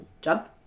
job